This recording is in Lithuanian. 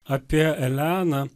apie eleną